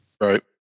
Right